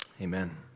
Amen